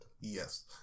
Yes